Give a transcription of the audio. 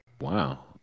Wow